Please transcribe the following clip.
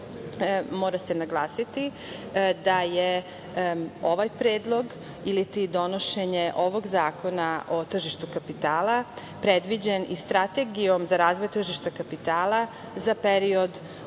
se naglasiti da je ovaj predlog iliti donošenje ovog Zakona o tržištu kapitala predviđeno i Strategijom za razvoj tržišta kapitala za period